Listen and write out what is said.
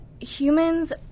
humans